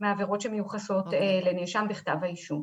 מעבירות שמיוחסות לנאשם בכתב האישום.